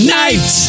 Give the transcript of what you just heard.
night